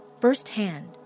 firsthand